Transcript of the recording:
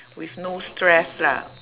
with no stress lah